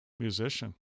musician